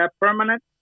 permanent